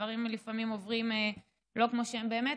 דברים לפעמים עוברים לא כמו שהם באמת,